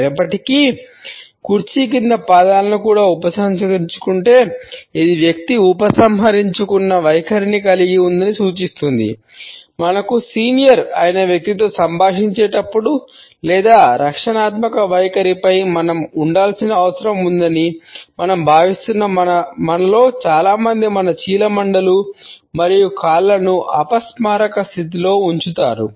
అయినప్పటికీ కుర్చీ కింద పాదాలను కూడా ఉపసంహరించుకుంటే స్థితిలో ఉంచుతారు